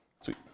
Sweet